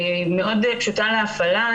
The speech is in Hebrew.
והיא מאוד פשוטה להפעלה,